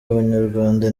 abanyarwanda